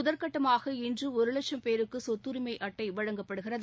முதற்கட்டமாக இன்று ஒரு லட்சம் பேருக்கு சொத்தரிமை அட்டை வழங்கப்படுகிறது